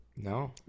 No